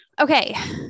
Okay